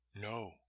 no